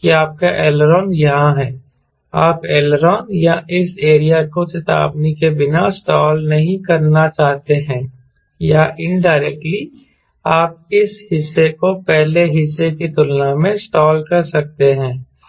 कि आपका एलेरॉन यहां है आप एलेरॉन या इस एरिया को चेतावनी के बिना स्टाल नहीं करना चाहते हैं या इनडायरेक्टली आप इस हिस्से को पहले हिस्से की तुलना में स्टाल कर सकते हैं